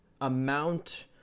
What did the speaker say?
amount